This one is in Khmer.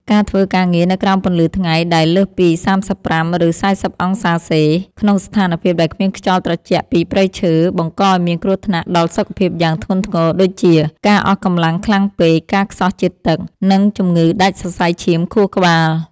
ការធ្វើការងារនៅក្រោមពន្លឺថ្ងៃដែលលើសពី ៣៥ ឬ ៤០ អង្សាសេ ក្នុងស្ថានភាពដែលគ្មានខ្យល់ត្រជាក់ពីព្រៃឈើ បង្កឱ្យមានគ្រោះថ្នាក់ដល់សុខភាពយ៉ាងធ្ងន់ធ្ងរដូចជា ការអស់កម្លាំងខ្លាំងពេក ការខ្សោះជាតិទឹក និងជំងឺដាច់សរសៃឈាមខួរក្បាល។